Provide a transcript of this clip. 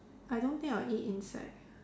I don't think I'll eat insect